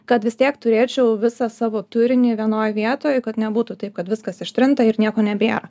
kad vis tiek turėčiau visą savo turinį vienoj vietoj kad nebūtų taip kad viskas ištrinta ir nieko nebėra